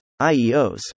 IEOs